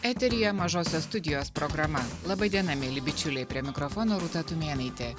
eteryje mažosios studijos programa laba diena mieli bičiuliai prie mikrofono rūta tumėnaitė